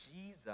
Jesus